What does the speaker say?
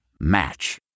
Match